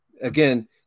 again